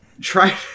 Try